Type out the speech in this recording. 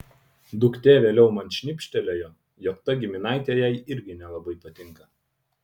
duktė vėliau man šnibžtelėjo jog ta giminaitė jai irgi nelabai patinka